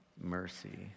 mercy